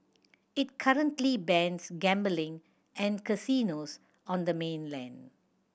it currently bans gambling and casinos on the mainland